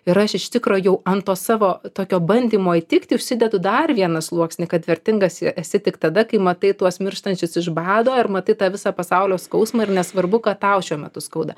ir aš iš tikro jau ant to savo tokio bandymo įtikti užsidedu dar vieną sluoksnį kad vertingas esi tik tada kai matai tuos mirštančius iš bado ar matai tą visą pasaulio skausmą ir nesvarbu kad tau šiuo metu skauda